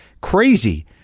crazy